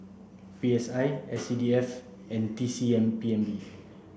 P S I S C D F and T C M P N B